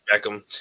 Beckham